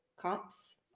comps